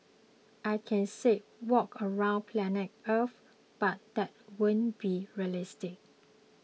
I can say walk around planet Earth but that wouldn't be realistic